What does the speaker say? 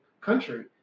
country